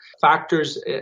factors